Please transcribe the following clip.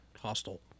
hostile